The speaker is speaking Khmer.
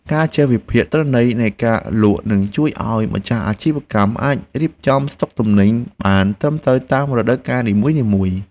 ការចេះវិភាគទិន្នន័យនៃការលក់នឹងជួយឱ្យម្ចាស់អាជីវកម្មអាចរៀបចំស្តុកទំនិញបានត្រឹមត្រូវតាមរដូវកាលនីមួយៗ។